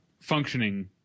functioning